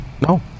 No